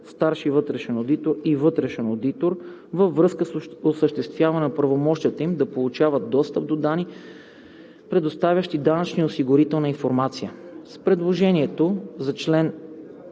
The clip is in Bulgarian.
„старши вътрешен одитор“ и „вътрешен одитор“, във връзка с осъществяване на правомощията им да получават достъп до данни, предоставящи данъчна и осигурителна информация. С предложението за чл.